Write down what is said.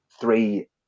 three